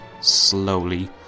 slowly